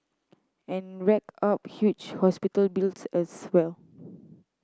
and rack up huge hospital bills as well